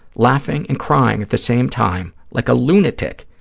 laughing and crying at the same time, like a lunatic,